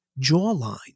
jawline